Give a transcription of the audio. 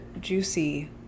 juicy